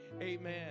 amen